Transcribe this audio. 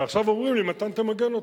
ועכשיו אומרים לי: מתן, תמגן אותו.